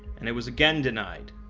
and it was again denied.